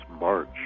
March